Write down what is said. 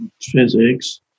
physics